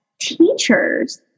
teachers